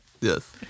Yes